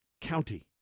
county